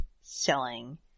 selling